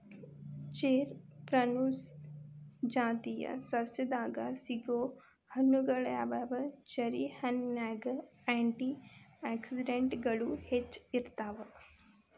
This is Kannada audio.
ಚೆರಿ ಪ್ರೂನುಸ್ ಜಾತಿಯ ಸಸ್ಯದಾಗ ಸಿಗೋ ಹಣ್ಣುಗಳಗ್ಯಾವ, ಚೆರಿ ಹಣ್ಣಿನ್ಯಾಗ ಆ್ಯಂಟಿ ಆಕ್ಸಿಡೆಂಟ್ಗಳು ಹೆಚ್ಚ ಇರ್ತಾವ